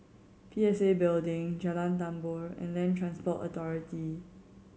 P S A Building Jalan Tambur and Land Transport Authority